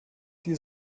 die